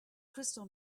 crystal